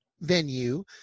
venue